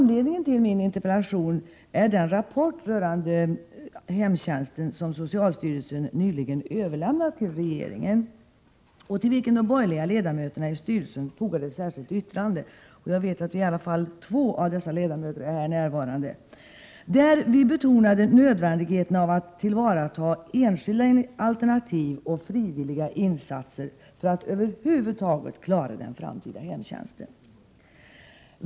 Anledningen till min interpellation är den rapport rörande hemtjänsten som socialstyrelsen nyligen överlämnat till regeringen och till vilken de borgerliga ledamöterna i styrelsen fogade ett särskilt yttrande — jag vet att i varje fall två av ledamöterna är närvarande här i kammaren —, där vi betonade nödvändigheten av att tillvarata enskilda alternativ och frivilliga insatser för att över huvud taget klara den framtida hemtjänsten.